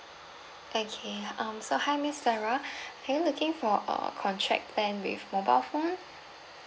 okay um so hi miss zarah are you looking for uh contract plan with mobile phone